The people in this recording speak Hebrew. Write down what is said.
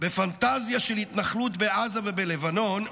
בפנטזיה של התנחלות בעזה ובלבנון,